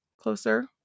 closer